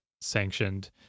sanctioned